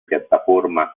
piattaforma